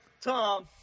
Tom